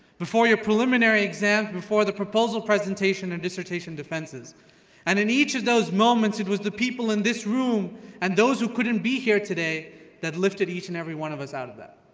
before your preliminary exams, before your proposal presentation and dissertation defenses and in each of those moments, it was the people in this room and those who couldn't be here today that lifted each and every one of us out of that.